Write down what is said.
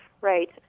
Right